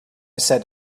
said